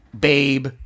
Babe